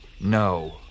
No